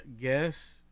Guess